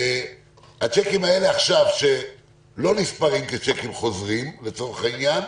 הצ'קים האלה עכשיו שלא נספרים כצ'קים חוזרים לצורך העניין.